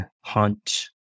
Hunt